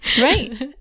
Right